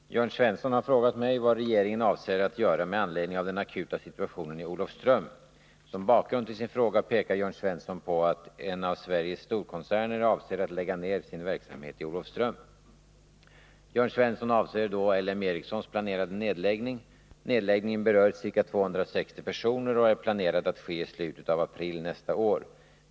Fru talman! Jörn Svensson har frågat mig vad regeringen avser att göra med anledning av den akuta situationen i Olofström. Som bakgrund till sin fråga pekar Jörn Svensson på att en av Sveriges storkoncerner avser att lägga ner sin verksamhet i Olofström. Jörn Svensson avser då L M Ericssons planerade nedläggning. Nedläggningen berör ca 260 personer och är planerad att ske i slutet på april nästa år.